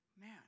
man